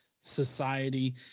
society